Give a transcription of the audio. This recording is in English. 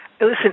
listen